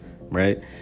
Right